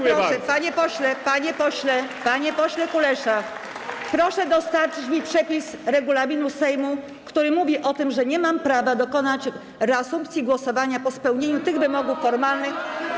Panie pośle, panie pośle Kulesza, proszę dostarczyć mi przepis regulaminu Sejmu, który mówi o tym, że nie mam prawa dokonać reasumpcji głosowania po spełnieniu tych wymogów formalnych.